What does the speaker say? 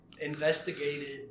investigated